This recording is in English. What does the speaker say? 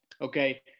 okay